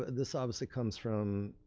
this obviously comes from